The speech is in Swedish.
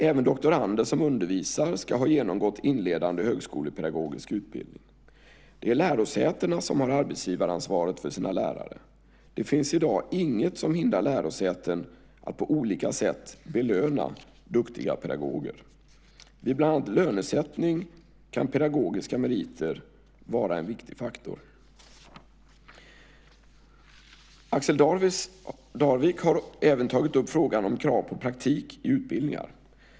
Även doktorander som undervisar ska ha genomgått inledande högskolepedagogisk utbildning. Det är lärosätena som har arbetsgivaransvaret för sina lärare. Det finns i dag inget som hindrar lärosäten att på olika sätt belöna duktiga pedagoger. Vid bland annat lönesättning kan pedagogiska meriter vara en viktig faktor. Axel Darvik har även tagit upp frågan om krav på praktik i utbildningar.